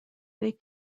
they